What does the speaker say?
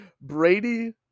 Brady